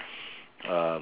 um